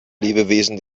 lebewesen